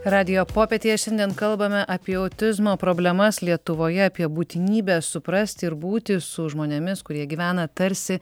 radijo popietėje šiandien kalbame apie autizmo problemas lietuvoje apie būtinybę suprasti ir būti su žmonėmis kurie gyvena tarsi